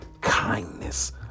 kindness